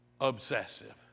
obsessive